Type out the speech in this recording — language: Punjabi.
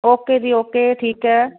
ਓਕੇ ਜੀ ਓਕੇ ਠੀਕ ਹੈ